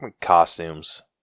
costumes